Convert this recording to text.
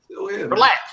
relax